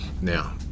Now